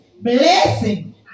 blessing